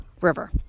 River